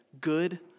good